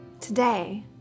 Today